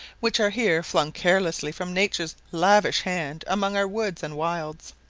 which are here flung carelessly from nature's lavish hand among our woods and wilds.